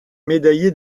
médaillé